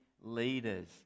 leaders